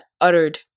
uttered